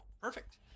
Perfect